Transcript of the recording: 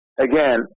Again